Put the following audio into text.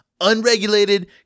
Unregulated